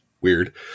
weird